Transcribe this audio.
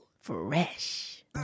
fresh